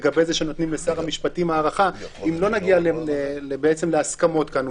לגבי זה שנותנים לשר המשפטים הארכה אם לא נגיע להסכמות כאן,